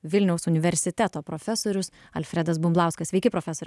vilniaus universiteto profesorius alfredas bumblauskas sveiki profesoriau